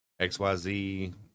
xyz